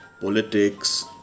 politics